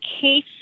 case